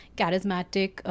charismatic